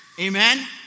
Amen